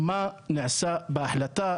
מה נעשה בהחלטה?